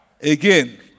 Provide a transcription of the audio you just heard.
again